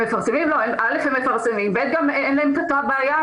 הם מפרסמים וגם אין להם את אותה בעיה.